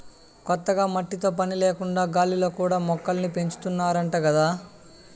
కొత్తగా మట్టితో పని లేకుండా గాలిలో కూడా మొక్కల్ని పెంచాతన్నారంట గదా